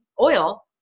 oil